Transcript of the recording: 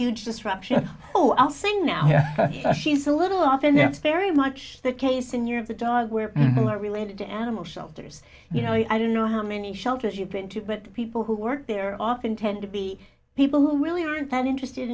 huge disruption so i'll sing now she's a little off and that's very much the case in europe a dog where you are related to animal shelters you know i don't know how many shelters you've been to but the people who work there often tend to be people who really aren't that interested